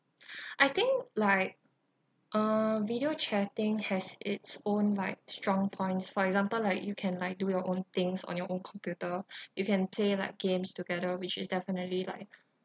I think like uh video chatting has its own like strong points for example like you can like do your own things on your own computer you can play like games together which is definitely like